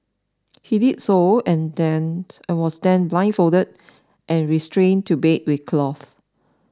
he did so and was then blindfolded and restrained to a bed with cloth